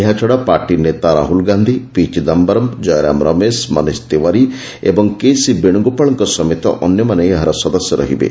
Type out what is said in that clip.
ଏହାଛଡ଼ା ପାର୍ଟି ନେତା ରହ୍ନଲ୍ ଗାନ୍ଧି ପି ଚିଦାୟରମ୍ କୟରାମ ରମେଶ ମନୀଷ ତିୱାରୀ ଓ କେ ସି ବେଶ୍ରଗୋପାଳଙ୍କ ସତେମ ଅନ୍ୟମାନେ ଏହାର ସଦସ୍ୟ ରହିବେ